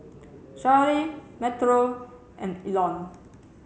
Charly Metro and Elon